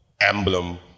emblem